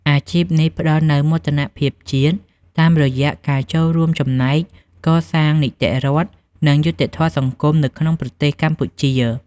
អាជីពនេះផ្តល់នូវមោទនភាពជាតិ តាមរយៈការចូលរួមចំណែកកសាងនីតិរដ្ឋ និងយុត្តិធម៌សង្គមនៅក្នុងប្រទេសកម្ពុជា។